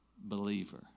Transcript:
believer